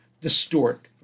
distort